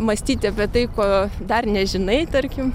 mąstyti apie tai ko dar nežinai tarkim